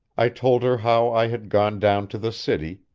i told her how i had gone down to the city,